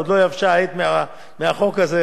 עוד לא יבש העט מעל החוק הזה,